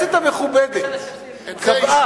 והכנסת המכובדת קבעה,